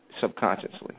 subconsciously